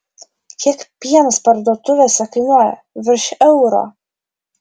kiek pienas parduotuvėse kainuoja virš euro